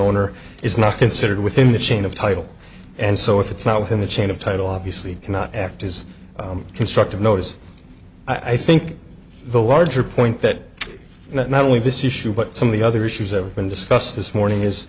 owner is not considered within the chain of title and so if it's not within the chain of title obviously cannot act is constructive notice i think the larger point that not only this issue but some of the other issues have been discussed this morning is